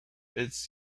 its